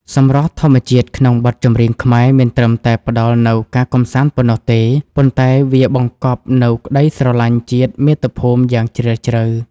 សម្រស់ធម្មជាតិក្នុងបទចម្រៀងខ្មែរ មិនត្រឹមតែផ្ដល់នូវការកម្សាន្តប៉ុណ្ណោះទេ ប៉ុន្តែវាបង្កប់នូវក្ដីស្រឡាញ់ជាតិមាតុភូមិយ៉ាងជ្រាលជ្រៅ។